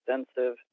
extensive